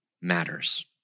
matters